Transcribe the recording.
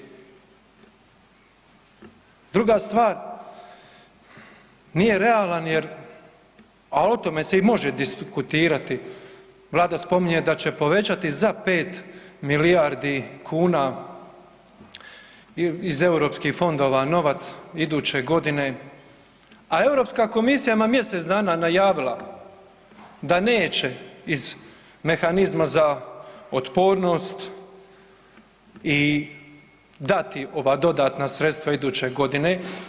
Druga stvar, nije realan jer, a o tome se i može diskutirati, vlada spominje da će povećati za 5 milijardi kuna iz Europskih fondova novac iduće godine, a Europska komisija je ima mjesec dana najavila da neće iz mehanizma za otpornost i dati ova dodatna sredstva iduće godine.